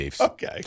Okay